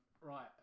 right